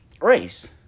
race